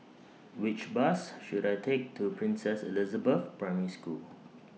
Which Bus should I Take to Princess Elizabeth Primary School